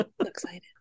excited